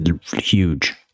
huge